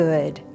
Good